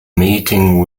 meeting